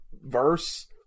verse